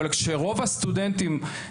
אבל כשרוב הסטודנטים,